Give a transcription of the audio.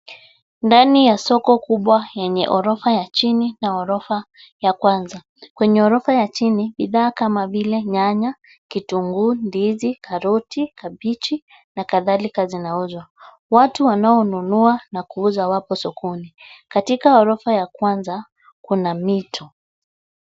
Ndani ya soko kubwa yenye orofa ya chini na orofa ya kwanza. Kwenye orofa ya chini, bidhaa kama vile nyanya, kitunguu, ndizi , karoti, kabichi na kadhalika zinauzwa. Watu wanaonunua na kuuza wapo sokoni. Katika orofa ya kwanza kuna mito.